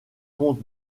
comte